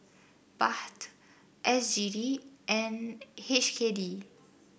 Baht S G D and H K D